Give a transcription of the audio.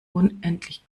unendlich